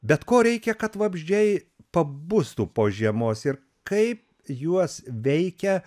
bet ko reikia kad vabzdžiai pabustų po žiemos ir kaip juos veikia